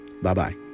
Bye-bye